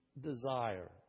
desire